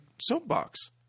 soapbox